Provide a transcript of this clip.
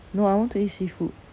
no I want to eat seafood